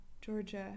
Georgia